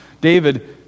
David